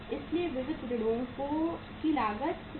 इसलिए विविध ऋणों की लागत 67500 है